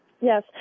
Yes